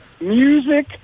music